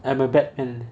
I'm a bad man